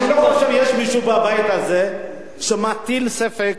אני לא חושב שיש מישהו בבית הזה שמטיל ספק